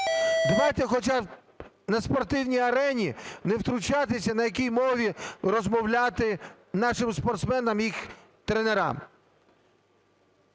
Давайте хоча б на спортивній арені не втручатися, на якій мові розмовляти нашим спортсменам і їх тренерам.